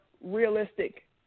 realistic